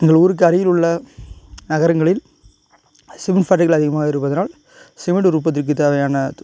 எங்கள் ஊருக்கு அருகில் உள்ள நகரங்களில் சிமெண்ட் ஃபேக்ட்ரிகள் அதிகமாக இருப்பதனால் சிமெண்ட் உற்பத்திக்கு தேவையான